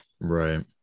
Right